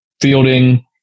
fielding